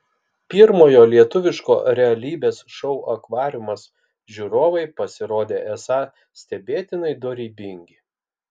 pirmojo lietuviško realybės šou akvariumas žiūrovai pasirodė esą stebėtinai dorybingi